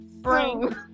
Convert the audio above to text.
Spring